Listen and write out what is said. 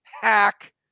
hack